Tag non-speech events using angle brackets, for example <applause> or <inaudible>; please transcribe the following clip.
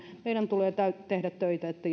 meidän tulee tehdä töitä että <unintelligible>